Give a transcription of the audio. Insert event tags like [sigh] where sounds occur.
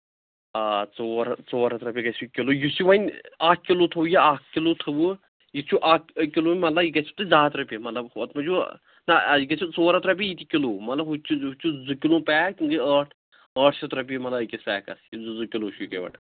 آ ژور ہَہ ژور ہَتھ رۄپیہِ گژھِ یہِ کِلوٗ یُس یہِ وۄنۍ اکھ کِلوٗ تھوو یہِ اکھ کِلوٗ تھووُ یہِ چھُ اکھ أکۍ کِلوُن مطلب یہِ گژھِوُ تۄہہِ زٕ ہَتھ رۄپیہِ مطلب ہُتھ منٛز [unintelligible] نہ یہِ گژھِ ژور ہَتھ رۄپیہِ یہِ تہِ کِلوٗ مطلب ہہ تہِ چھِ ہُہ تہِ چھِ زٕ کِلوُن پیک تِم گٔے ٲٹھ ٲٹھ شَتھ رۄپیہِ مطلب أکِس پیکَس یہِ زٕ زٕ کِلوٗ چھِ [unintelligible]